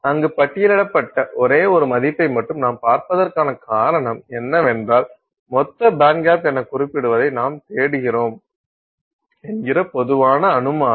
அங்கு பட்டியலிடப்பட்ட ஒரே ஒரு மதிப்பை மட்டுமே நாம் பார்ப்பதற்கான காரணம் என்னவென்றால் மொத்த பேண்ட்கேப் என குறிப்பிடப்படுவதை நாம் தேடுகிறோம் என்கிற பொதுவான அனுமானம்